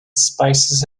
spices